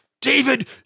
David